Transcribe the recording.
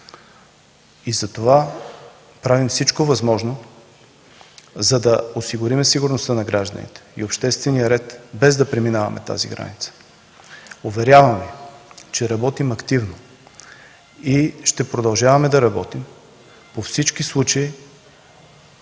мир. Правим всичко възможно, за да осигурим сигурността на гражданите и обществения ред, без да преминаваме тази граница. Уверявам Ви, че работим активно и ще продължаваме да работим по всички случаи,